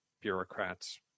bureaucrats